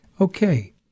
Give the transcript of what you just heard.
Okay